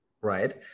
Right